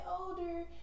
older